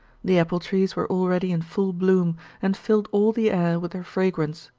the apple trees were already in full bloom and filled all the air with their fragrance.